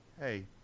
hey